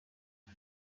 کنم